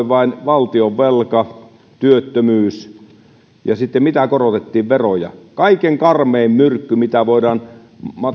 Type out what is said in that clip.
vain valtionvelka ja työttömyys ja mitä korotettiin veroja kaikkein karmein myrkky mitä voidaan